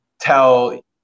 tell